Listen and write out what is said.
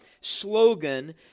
slogan